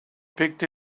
picked